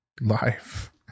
life